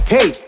Hey